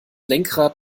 lenkrad